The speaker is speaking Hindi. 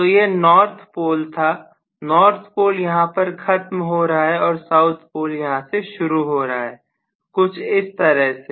तो यह नॉर्थ पोल था नॉर्थ पोल यहां पर खत्म हो रहा है और साउथ पोल यहां से शुरू हो रहा है कुछ इस तरह से